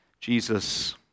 Jesus